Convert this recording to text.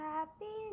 Happy